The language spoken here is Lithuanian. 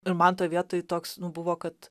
ir man toj vietoj toks nu buvo kad